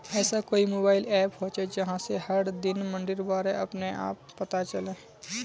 ऐसा कोई mobile app होचे जहा से हर दिन मंडीर बारे अपने आप पता चले?